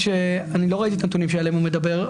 אני לא ראיתי את הנתונים שעליהם הוא מדבר,